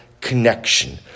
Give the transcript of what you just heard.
connection